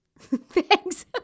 Thanks